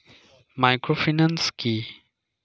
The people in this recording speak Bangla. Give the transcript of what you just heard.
মাইক্রোফিন্যান্স কি?